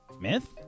Myth